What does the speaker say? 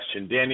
Danny